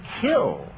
kill